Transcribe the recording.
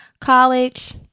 college